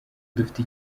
dufite